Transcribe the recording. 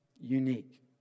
Unique